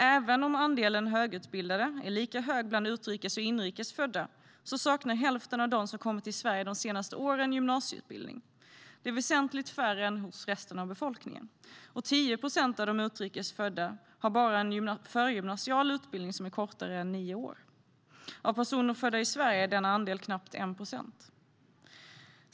Även om andelen högutbildade är lika stor bland utrikes och inrikes födda saknar hälften av dem som kommit till Sverige de senaste åren gymnasieutbildning. Det är väsentligt färre än hos resten av befolkningen. 10 procent av de utrikes födda har bara en förgymnasial utbildning som är kortare än nio år. För personer födda i Sverige är denna andel knappt 1 procent.